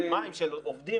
של מים ושל עובדים.